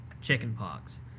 chickenpox